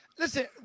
Listen